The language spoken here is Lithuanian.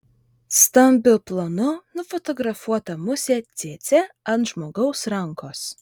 stambiu planu nufotografuota musė cėcė ant žmogaus rankos